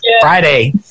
Friday